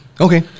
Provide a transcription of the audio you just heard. Okay